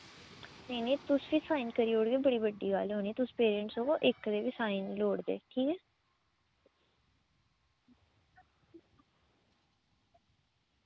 तुस गै साईन करी ओड़ेओ बड़ी बड्डी गल्ल होनी तुस पेरेंट्स ओ ना इक्क दे बी साईन लोड़दे ठीक ऐ ना